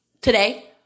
today